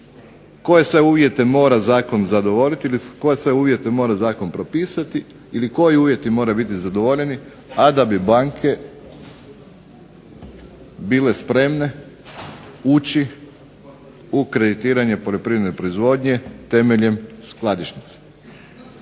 koje uvjete mora Zakon zadovoljiti ili koje sve uvjete mora propisati ili koji uvjeti moraju biti zadovoljeni a da bi banke bile spremne ući u kreditiranje poljoprivredne proizvodnje temeljem skladišnice.